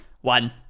One